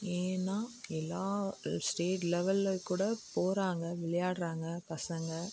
ஏன்னா எல்லா ஸ்டேட் லெவலில் கூட போகிறாங்க விளையாடுகிறாங்க பசங்க